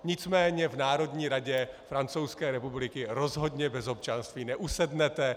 Nicméně v Národní radě Francouzské republiky rozhodně bez občanství neusednete.